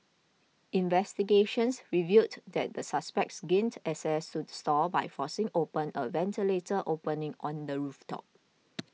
investigations revealed that the suspects gained access to the stall by forcing open a ventilator opening on the roof top